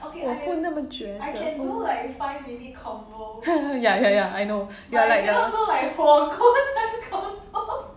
我不会那么绝的 ya ya ya I know you are like the